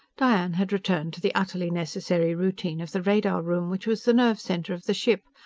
diane had returned to the utterly necessary routine of the radar room which was the nerve-center of the ship,